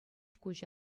куҫӗ